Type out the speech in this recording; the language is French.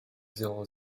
zéro